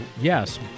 Yes